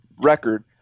record